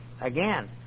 again